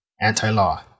anti-law